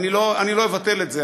אני לא אבטל את זה,